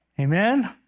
Amen